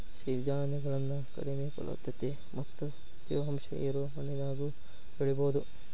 ಸಿರಿಧಾನ್ಯಗಳನ್ನ ಕಡಿಮೆ ಫಲವತ್ತತೆ ಮತ್ತ ತೇವಾಂಶ ಇರೋ ಮಣ್ಣಿನ್ಯಾಗು ಬೆಳಿಬೊದು